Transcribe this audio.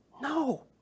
No